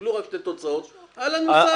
קיבלו רק את התוצאות אהלן וסהלן.